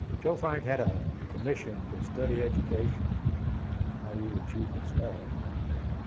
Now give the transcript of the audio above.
joe frank had a commission to study education while you were chief of staff and